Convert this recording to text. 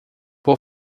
vou